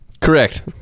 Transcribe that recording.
Correct